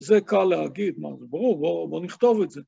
זה קל להגיד מה זה, ברור, בוא נכתוב את זה.